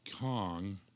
Kong